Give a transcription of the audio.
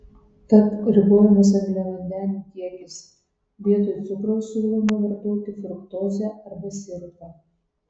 tad ribojamas angliavandenių kiekis vietoj cukraus siūloma vartoti fruktozę arba sirupą